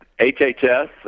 HHS